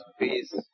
peace